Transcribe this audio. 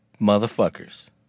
motherfuckers